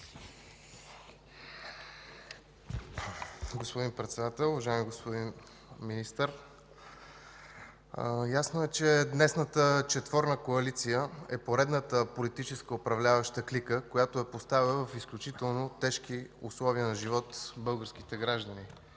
Господин Председател! Уважаеми господин Министър, ясно е, че днешната четворна коалиция е поредната политическа управляваща клика, която поставя в изключително тежки условия на живот българските граждани.